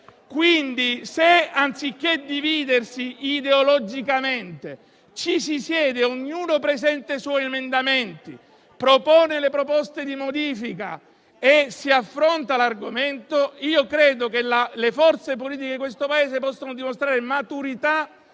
Quindi, se anziché dividersi ideologicamente, ci si siede, ognuno presenta i suoi emendamenti, propone le modifiche e si affronta l'argomento, credo che le forze politiche di questo Paese possano dimostrare maturità